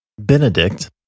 benedict